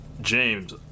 james